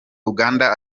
uganda